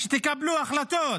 שתקבלו החלטות